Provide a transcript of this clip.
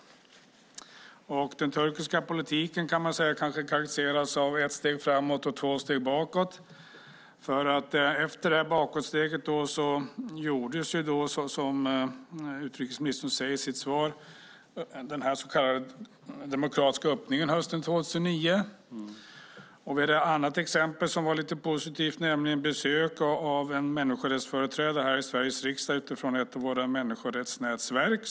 Man kan kanske säga att den turkiska politiken karakteriseras av ett steg framåt och två steg bakåt. För efter det här bakåtsteget gjordes, som utrikesministern sade i sitt svar, den så kallade demokratiska öppningen, hösten 2009. Vi hade ett annat exempel som var lite positivt. Vi fick nämligen besök av en människorättsföreträdare i Sveriges riksdag från ett av våra människorättsnätverk.